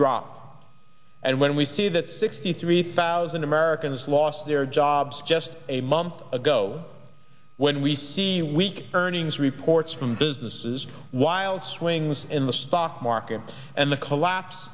drop and when we see that sixty three thousand americans lost their jobs just a month ago when we see weak earnings reports from businesses wild swings in the stock market and the collapse